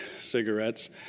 cigarettes